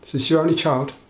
this your only child?